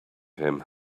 him